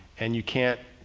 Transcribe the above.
and you can't,